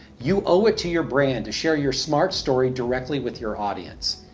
you owe it to your brand to share your smart story directly with your audience.